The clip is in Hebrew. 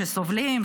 שסובלים,